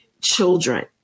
children